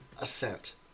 assent